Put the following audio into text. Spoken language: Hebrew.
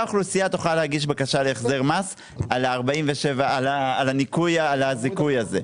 אוכלוסייה תוכל להגיש בקשה להחזר מס על הזיכוי הזה.